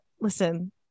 listen